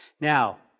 Now